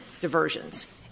diversions